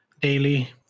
daily